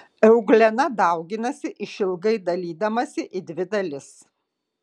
euglena dauginasi išilgai dalydamasi į dvi dalis